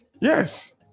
Yes